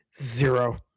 Zero